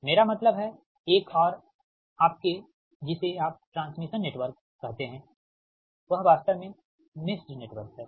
मेरा मतलब है एक और आपके जिसे आप ट्रांसमिशन नेटवर्क कहते हैं वह वास्तव में मेशेड नेटवर्क है